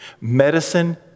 Medicine